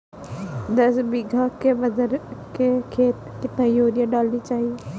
दस बीघा के बाजरे के खेत में कितनी यूरिया डालनी चाहिए?